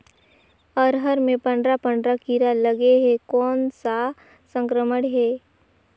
अरहर मे पंडरा पंडरा कीरा लगे हे कौन सा संक्रमण हे?